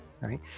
right